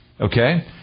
Okay